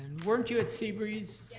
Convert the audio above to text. weren't you at seabreeze?